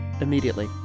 immediately